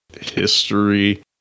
history